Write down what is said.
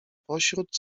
pośród